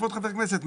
כבוד חבר הכנסת,